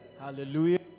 Hallelujah